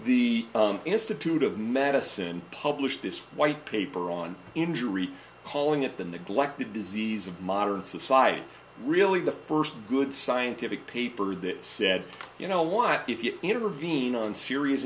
the institute of medicine published this white paper on injury calling it the neglected disease of modern society really the first good scientific paper that said you know what if you intervene on serious